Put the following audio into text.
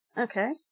Okay